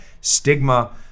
stigma